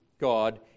God